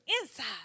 inside